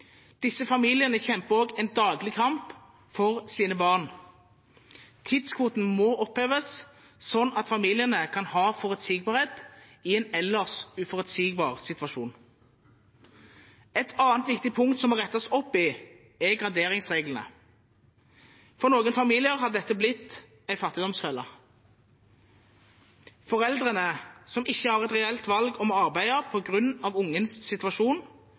må oppheves, slik at familiene kan ha forutsigbarhet i en ellers uforutsigbar situasjon. Et annet viktig punkt som må rettes opp i, er graderingsreglene. For noen familier har dette blitt en fattigdomsfelle. Foreldre som ikke har som et reelt valg å arbeide, på grunn av barnets situasjon,